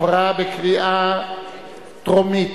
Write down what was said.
לאיחוד קווי החירום הטלפוניים,